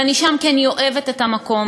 אבל אני שם כי אני אוהבת את המקום,